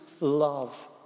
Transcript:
love